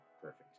perfect